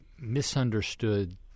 misunderstood